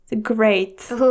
great